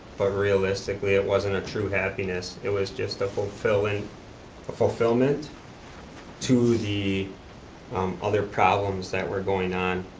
but realistically it wasn't a true happiness, it was just a fulfillment a fulfillment to the other problems that were going on